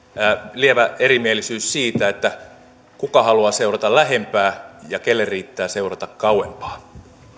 lievä erimielisyys siitä kuka haluaa seurata lähempää ja kelle riittää seurata kauempaa